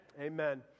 Amen